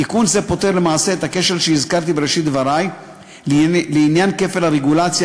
תיקון זה פותר למעשה את הכשל שהזכרתי בראשית דברי לעניין כפל הרגולציה